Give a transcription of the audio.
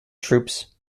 troupes